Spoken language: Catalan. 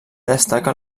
destaca